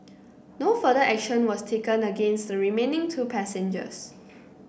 no further action was taken against the remaining two passengers